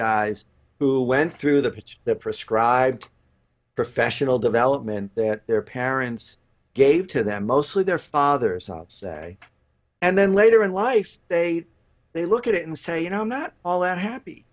guys who went through the pitch the prescribed professional development that their parents gave to them mostly their fathers and then later in life they they look at it and say you know i'm not all that happy